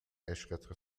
عشقت